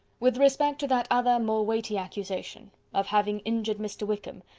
with respect to that other, more weighty accusation, of having injured mr. wickham,